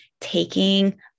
taking